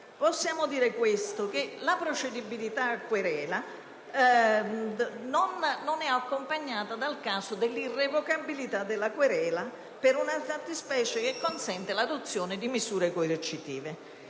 Possiamo dire che la procedibilità a querela non è accompagnata dal caso dell'irrevocabilità della querela per una fattispecie che consente l'adozione di misure coercitive.